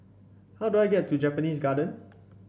how do I get to Japanese Garden